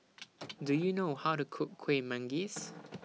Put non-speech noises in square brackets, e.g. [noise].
[noise] Do YOU know How to Cook Kuih Manggis [noise]